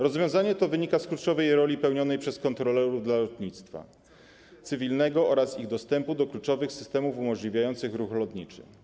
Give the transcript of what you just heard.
Rozwiązanie to wynika z kluczowej roli odgrywanej przez kontrolerów w lotnictwie cywilnym oraz ich dostępu do kluczowych systemów umożliwiających ruch lotniczy.